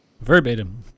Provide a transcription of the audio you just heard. Verbatim